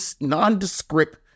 nondescript